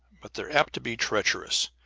but they're apt to be treacherous.